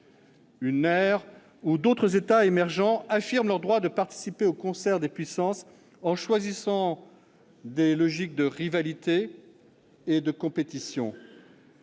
Une ère où d'autres États émergents affirment leur droit de participer au concert des puissances, en choisissant des logiques de rivalité et de compétition.